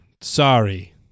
Sorry